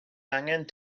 angen